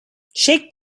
shake